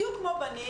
בדיוק כמו בנים,